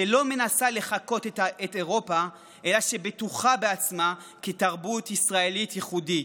שלא מנסה לחקות את אירופה אלא בטוחה בעצמה כתרבות ישראלית ייחודית.